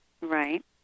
Right